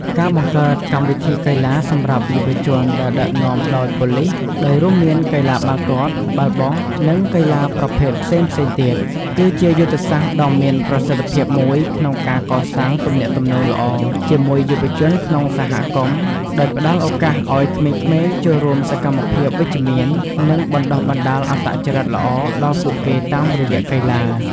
ការបង្កើកម្មវិធីកីឡាសម្រាប់យុវជនដែលដឹកនាំដោយប៉ូលិស ដោយរួមមានកីឡាបាល់ទាត់ បាល់បោះ និងកីឡាប្រភេទផ្សេងៗទៀត គឺជាយុទ្ធសាស្ត្រដ៏មានប្រសិទ្ធិភាពមួយក្នុងការកសាងទំនាក់ទំនងល្អជាមួយយុវជនក្នុងសហគមន៍ ដោយផ្តល់ឱកាសឲ្យក្មេងៗចូលរួមសកម្មភាពវិជ្ជមាន និងបណ្តុះបណ្តាលអត្តចរិតល្អដល់ពួកគេតាមរយៈកីឡា។